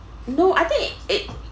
no I think it